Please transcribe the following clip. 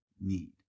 need